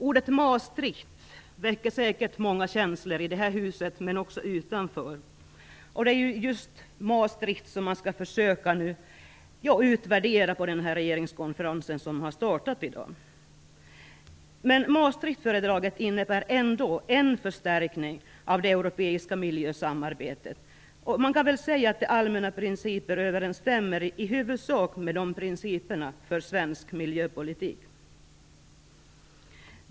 Ordet Maastricht väcker säkert många känslor i det här huset men också utanför. Det är ju just Maastricht som man skall försöka utvärdera på den regeringskonferens som har startat i dag. Maastrichtfördraget innebär ändå en förstärkning av det europeiska miljösamarbetet. Man kan väl säga att dess allmänna principer i huvudsak överensstämmer med principerna för svensk miljöpolitik.